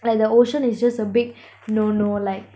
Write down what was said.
like the ocean is just a big no no like